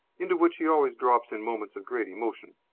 into which he always drops in moments of great emotion.